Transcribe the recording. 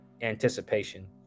anticipation